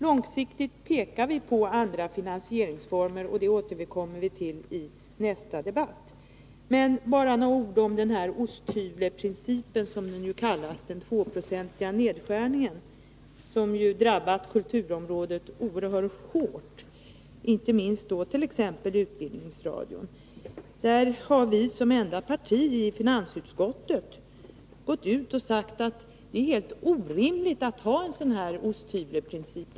Långsiktigt pekar vi på andra finansieringsformer, som vi återkommer till i nästa debatt. Så några ord om den s.k. osthyvleprincipen, dvs. den 2-procentiga nedskärning som ju drabbat kulturområdet oerhört hårt, inte minst utbildningsradion. På den punkten har vi som enda parti i finansutskottet sagt att det är helt orimligt att ha en sådan här osthyvleprincip.